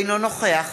אינו נוכח